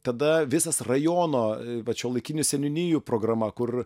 tada visas rajono vat šiuolaikinių seniūnijų programa kur